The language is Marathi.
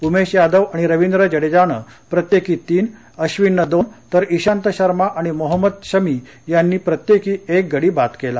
उमेश यादव आणि रविंद्र जडेजानं प्रत्येकी तीन अश्विननं दोन तर इशांत शर्मा आणि मोहम्मद शमी यांनी प्रत्येकी एकगडी बाद केला